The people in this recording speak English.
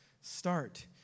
start